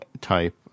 type